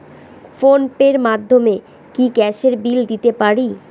Phone pay র মাধ্যমে কি গ্যাসের বিল দিতে পারি?